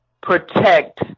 protect